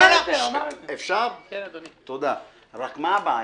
מה הבעיה?